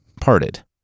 parted